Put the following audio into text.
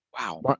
Wow